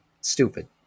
Stupid